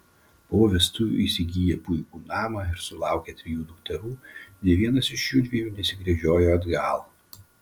po vestuvių įsigiję puikų namą ir susilaukę trijų dukterų nė vienas iš jųdviejų nesigręžiojo atgal